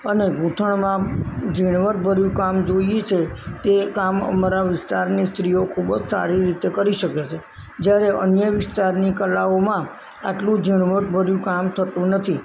અને ગૂંથણમાં આમ જીણવટભર્યું કામ જોઈએ છે તે કામ અમારા વિસ્તારની સ્ત્રીઓ ખૂબ જ સારી રીતે કરી શકે છે જ્યારે અન્ય વિસ્તારની કલાઓમાં આટલું જીણવટભર્યું કામ થતું નથી